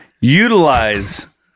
utilize